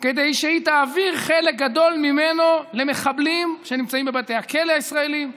כדי שהיא תעביר חלק גדול ממנו למחבלים שנמצאים בבתי הכלא הישראליים,